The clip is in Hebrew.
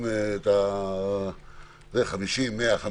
500 זה